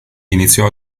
iniziò